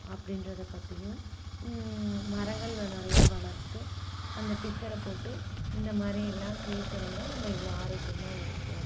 அப்படின்றத பற்றியும் மரங்களை நிறைய வளர்த்து அந்த பிக்ச்சரை போட்டு இந்தமாதிரி எல்லா ட்ரீஸ் இருந்தால் நம்ம இவ்வளோ ஆரோக்கியமாக இருப்போம்